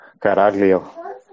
Caraglio